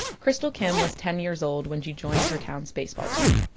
krystal kim was ten years old when she joined her town's baseball team.